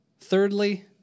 Thirdly